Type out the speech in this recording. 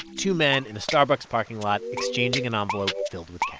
two men in a starbucks parking lot exchanging an envelope filled with yeah